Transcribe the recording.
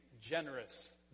generous